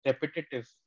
repetitive